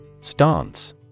Stance